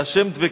בה' דבקים,